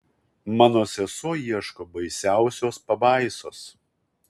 mano sesuo ieško baisiausios pabaisos